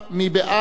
מי נגד?